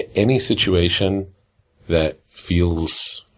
any situation that feels